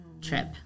trip